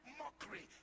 mockery